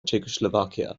czechoslovakia